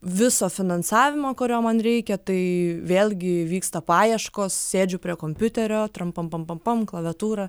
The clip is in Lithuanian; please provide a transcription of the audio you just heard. viso finansavimo kurio man reikia tai vėlgi vyksta paieškos sėdžiu prie kompiuterio tram pam pam pam pam klaviatūra